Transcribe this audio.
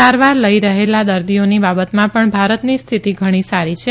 સારવાર લઇ રહેલા દર્દીઓની બાબતમાં પણ ભારતની સ્થિતિ ઘણી સારી છે